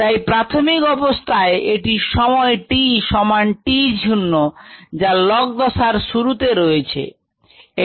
তাই প্রাথমিক অবস্থায় এটি সময় t সমান t 0যা log দশার শুরুতে রয়েছে